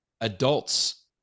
Adults